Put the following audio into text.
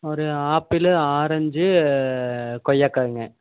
ஒரு ஆப்பிளு ஆரஞ்சு கொய்யாக்காயிங்க